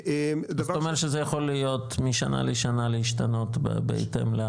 זאת אומרת שזה יכול להיות משנה לשנה להשתנות בהתאם.